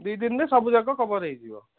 ଦୁଇ ଦିନରେ ସବୁ ଯାକ କଭର ହୋଇଯିବ